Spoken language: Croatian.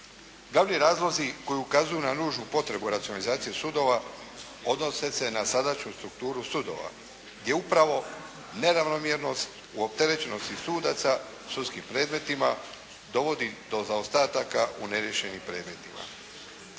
Glavni razlozi koji ukazuju na nužnu potrebu racionalizacije sudova odnose se na sadašnju strukturu sudova gdje upravo neravnomjernost u opterećenosti sudaca sudskim predmetima dovodi do zaostataka u neriješenim predmetima.